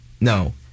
No